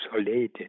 isolated